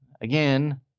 again